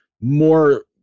more